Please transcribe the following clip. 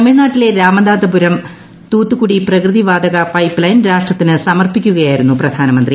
തമിഴ്നാട്ടിലെ രാമദാസപുരം തൂത്തുകുടി പ്രകൃതി വതാക പൈപ്പ്ലൈൻ രാഷ്ട്രത്തിന് സമർപ്പിക്കുകയായിരുന്നു പ്രധാനമന്ത്രി